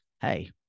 hey